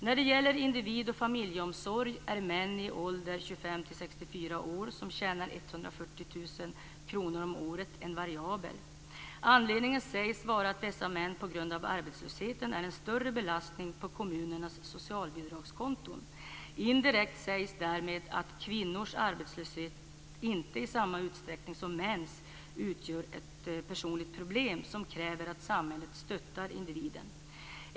När det gäller individ och familjeomsorg är män i åldern 25-64 år som tjänar 140 000 kr om året en variabel. Anledningen sägs vara att dessa män på grund av arbetslösheten är en större belastning på kommunernas socialbidragskonton. Indirekt sägs därmed att kvinnors arbetslöshet inte i samma utsträckning som mäns utgör ett personligt problem som kräver att samhället stöttar individen.